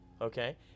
okay